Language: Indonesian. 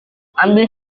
ambil